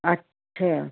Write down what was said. अच्छा